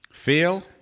Feel